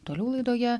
toliau laidoje